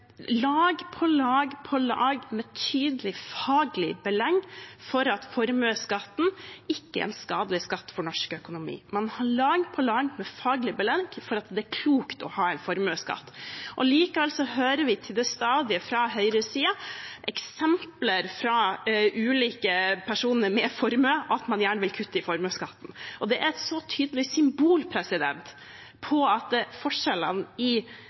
lag på lag på lag med tydelig faglig belegg for at formuesskatten ikke er en skadelig skatt for norsk økonomi. Man har lag på lag med faglig belegg for at det er klokt å ha en formuesskatt. Likevel hører vi til stadighet fra høyresiden eksempler – fra ulike personer med formuer – at man gjerne vil kutte i formuesskatten, og det er et så tydelig symbol på at forskjellene i